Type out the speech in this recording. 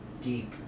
deep